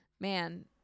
man